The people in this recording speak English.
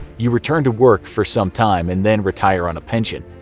you return to work for some time, and then retire on a pension.